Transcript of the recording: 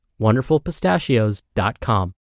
wonderfulpistachios.com